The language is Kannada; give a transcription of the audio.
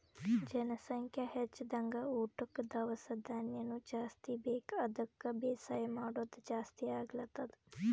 ಜನಸಂಖ್ಯಾ ಹೆಚ್ದಂಗ್ ಊಟಕ್ಕ್ ದವಸ ಧಾನ್ಯನು ಜಾಸ್ತಿ ಬೇಕ್ ಅದಕ್ಕ್ ಬೇಸಾಯ್ ಮಾಡೋದ್ ಜಾಸ್ತಿ ಆಗ್ಲತದ್